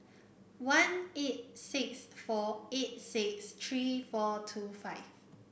one eight six four eight six three four two five